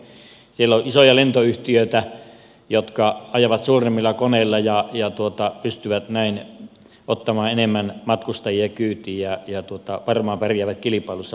siellä on isoja lentoyhtiöitä jotka ajavat suuremmilla koneilla ja pystyvät näin ottamaan enemmän matkustajia kyytiin ja varmaan pärjäävät kilpailussa paljon paremmin